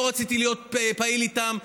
לא רציתי להיות פעיל איתם.